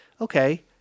okay